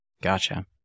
Gotcha